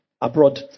abroad